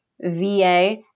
VA